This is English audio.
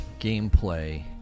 Gameplay